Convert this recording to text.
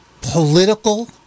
political